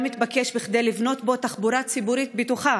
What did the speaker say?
וגם מתבקש כדי לבנות פה תחבורה ציבורית בטוחה,